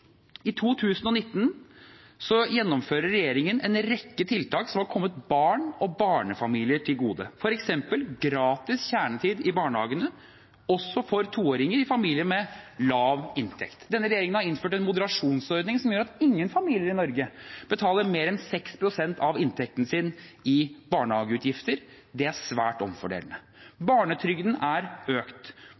I 2019 gjennomfører regjeringen en rekke tiltak som kommer barn og barnefamilier til gode, f.eks. gratis kjernetid i barnehagene også for 2-åringer i familier med lav inntekt. Denne regjeringen har innført en moderasjonsordning som gjør at ingen familier i Norge bruker mer enn 6 pst. av inntekten sin til barnehage. Det er svært omfordelende. Barnetrygden er økt,